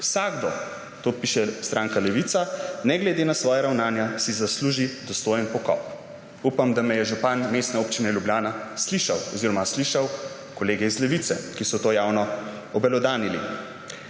vsakdo, to piše stranka Levica, »(ne glede na svoja ravnanja) si zasluži dostojen pokop.« Upam, da me je župan Mestne občine Ljubljana slišal oziroma slišal kolege iz Levice, ki so to javno obelodanili.